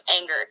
anger